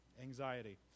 anxiety